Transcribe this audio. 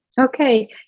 Okay